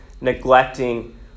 neglecting